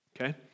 Okay